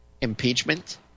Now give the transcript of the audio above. impeachment